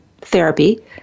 therapy